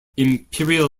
imperial